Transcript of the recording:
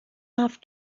off